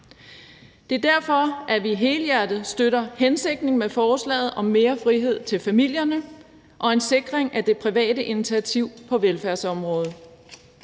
Men vi støtter helhjertet hensigten med forslaget om mere frihed til familierne og en sikring af det private initiativ på velfærdsområdet.